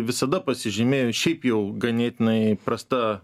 visada pasižymėjo šiaip jau ganėtinai prasta